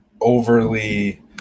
overly